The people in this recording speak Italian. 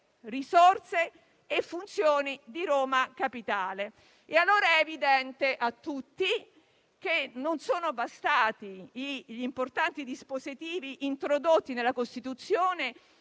risorse e funzioni di Roma Capitale. È evidente a tutti che non sono bastati gli importanti dispositivi introdotti nella Costituzione,